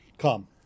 come